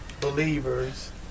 believers